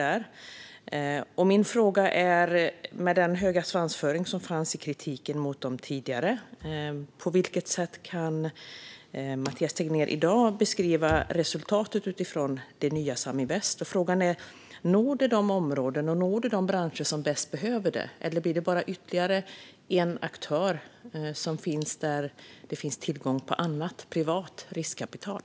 Jag ställer min fråga med anledning av den höga svansföring som fanns i kritiken mot bolagen tidigare: På vilket sätt kan Mathias Tegnér i dag beskriva resultatet utifrån det nya Saminvest? Frågan är om Saminvest når de områden och de branscher som bäst behöver det. Eller blir det bara ytterligare en aktör som finns där det redan finns tillgång på annat, privat, riskkapital?